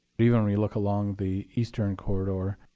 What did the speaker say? but even when you look along the eastern corridor,